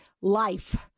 life